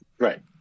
Right